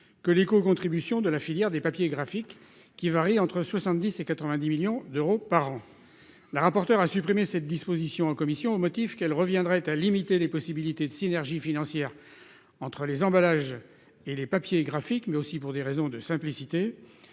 que l'écocontribution de la filière des papiers graphiques, qui varie entre 70 millions et 90 millions d'euros par an. La rapporteure a supprimé cette disposition en commission au motif qu'elle reviendrait à limiter les possibilités de synergie financière entre les emballages et les papiers graphiques, mais aussi au nom de la simplification.